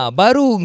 baru